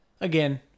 again